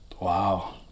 wow